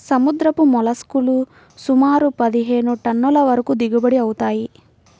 సముద్రపు మోల్లస్క్ లు సుమారు పదిహేను టన్నుల వరకు దిగుబడి అవుతాయి